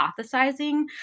hypothesizing